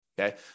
okay